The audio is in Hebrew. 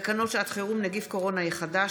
תקנות שעת חירום (נגיף קורונה החדש)